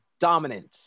dominance